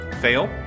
fail